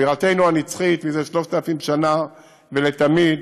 בירתנו הנצחית זה 3,000 שנה ולתמיד,